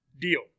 deal